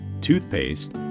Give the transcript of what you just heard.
toothpaste